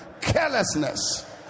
carelessness